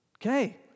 Okay